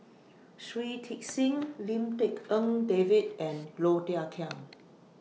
Shui Tit Sing Lim Tik En David and Low Thia Khiang